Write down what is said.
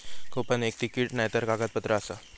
coupon एक ticket नायतर कागदपत्र आसा